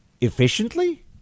efficiently